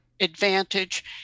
Advantage